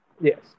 Yes